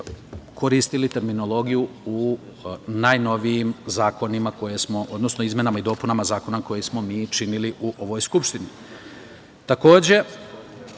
koristili terminologiju u najnovijim zakonima, odnosno izmenama i dopunama zakona koji smo mi činili u ovoj Skupštini. Takođe,